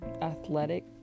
athletic